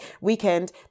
weekend